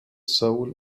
soul